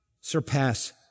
surpass